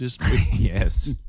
yes